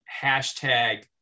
hashtag